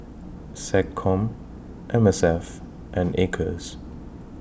Seccom M S F and Acres